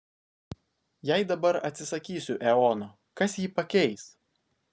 jei dabar atsisakysiu eono kas jį pakeis